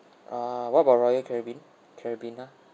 uh what about royal caribbean caribbean ah